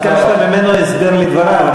ביקשת ממנו הסבר לדבריו,